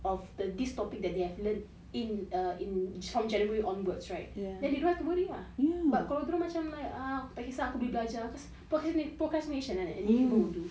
of the this topic that they have learnt in err in from january onwards right then you don't have to worry you ah but kalau dorang macam like ah aku tak kesah aku boleh belajar procas~ procrastination and it won't do